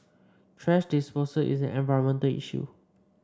thrash disposal is an environmental issue